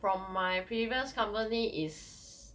from my previous company is